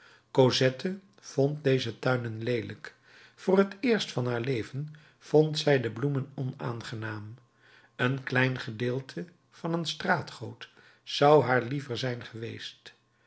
cosette vond deze tuinen leelijk voor het eerst van haar leven vond zij de bloemen onaangenaam een klein gedeelte van een straatgoot zou haar liever zijn geweest